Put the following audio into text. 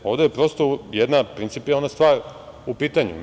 Ovde je prosto jedna principijelna stvar u pitanju.